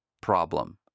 problem